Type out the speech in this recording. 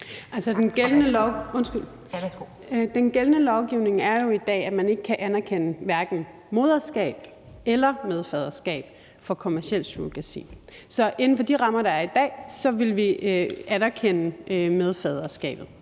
Den gældende lovgivning er jo i dag, at man hverken kan anerkende et moderskab eller et medfaderskab fra kommerciel surrogati. Så inden for de rammer, der er i dag, ville vi anerkende medfaderskabet.